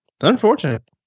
unfortunate